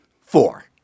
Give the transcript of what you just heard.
four